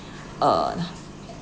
uh